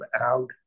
out